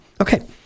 Okay